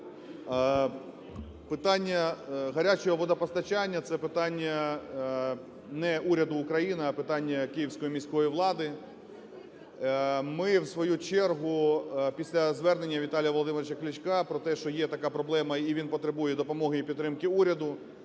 Питання гарячого водопостачання – це питання не уряду України, а питання київської міської влади. Ми у свою чергу після звернення Віталія Володимировича Кличка про те, що є така проблема і він потребує допомоги і підтримки уряду,